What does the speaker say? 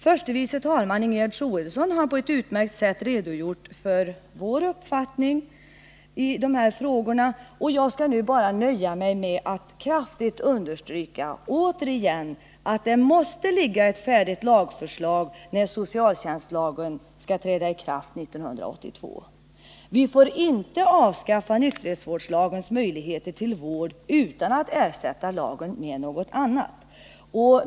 Förste vice talmannen Ingegerd Troedsson har på ett utmärkt sätt redogjort för vår uppfattning i dessa frågor, och jag skall nu nöja mig med att kraftigt understryka — återigen — att det måste föreligga ett färdigt lagförslag när socialtjänstlagen skall träda i kraft 1982. Vi får inte avskaffa nykterhetsvårdslagens möjligheter till vård, utan att dessa ersätts med något annat.